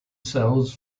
sells